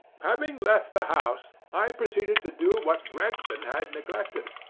having left the house, i proceeded to do what gregson had neglected.